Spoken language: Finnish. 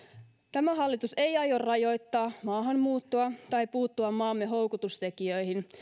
tämä hallitus ei aio rajoittaa maahanmuuttoa tai puuttua maamme houkutustekijöihin